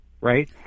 Right